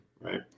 right